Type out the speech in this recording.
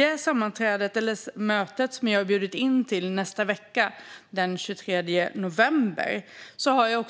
Till sammanträdet eller mötet i nästa vecka, den 23 november, har jag